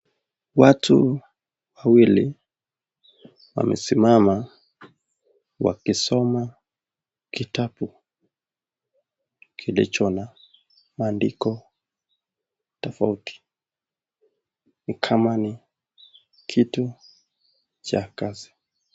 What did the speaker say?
Watu wawili wamesimama wakisoma kitabu kilicho na maandiko tofauti ni kama ni kitu cha kazi.